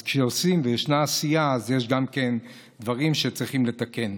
אז כשעושים וישנה עשייה אז יש גם כן דברים שצריכים לתקן.